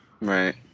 Right